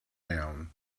down